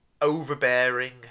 overbearing